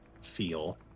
feel